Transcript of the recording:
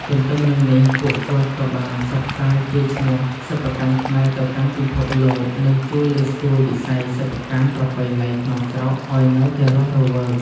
ទទ្ទឹមនឹងនេះ ពួកគាត់ក៏បានផ្សព្វផ្សាយកេរ្តិ៍ឈ្មោះសិប្បកម្មខ្មែរទៅកាន់ពិភពលោក និងជួយលើកស្ទួយវិស័យសិប្បកម្មប្រពៃណីក្នុងស្រុកឱ្យនៅតែរស់រវើក។